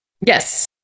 yes